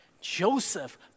Joseph